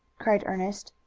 cried ernest,